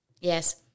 Yes